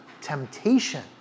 temptation